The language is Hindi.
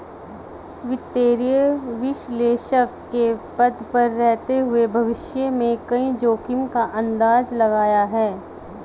वित्तीय विश्लेषक के पद पर रहते हुए भविष्य में कई जोखिमो का अंदाज़ा लगाया है